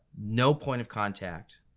no point of contact.